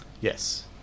Yes